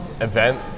Event